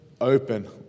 open